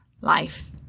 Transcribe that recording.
life